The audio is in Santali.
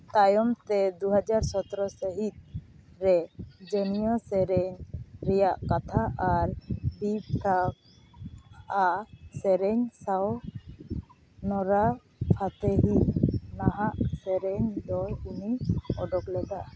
ᱛᱟᱭᱚᱢᱛᱮ ᱫᱩᱦᱟᱡᱟᱨ ᱥᱚᱛᱮᱨᱚ ᱥᱟᱹᱦᱤᱛᱨᱮ ᱡᱟᱹᱱᱤᱭᱟᱹ ᱥᱮᱨᱮᱧ ᱨᱮᱭᱟᱜ ᱠᱟᱛᱷᱟ ᱟᱨ ᱵᱤᱯᱷᱨᱟᱠᱟ ᱥᱮᱨᱮᱧ ᱥᱟᱶ ᱱᱳᱨᱟ ᱯᱷᱟᱛᱮᱦᱤ ᱱᱟᱦᱟᱜ ᱥᱮᱨᱮᱧᱫᱚ ᱩᱵᱤᱭ ᱚᱰᱳᱠ ᱞᱮᱫᱟ